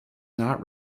not